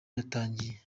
yatangiye